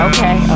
Okay